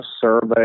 survey